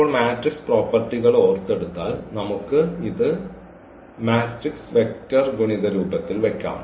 ഇപ്പോൾ മാട്രിക്സ് പ്രോപ്പർട്ടികൾ ഓർത്തെടുത്താൽ നമുക്ക് ഇത് മാട്രിക്സ് വെക്റ്റർ ഗുണിത രൂപത്തിൽ വയ്ക്കാം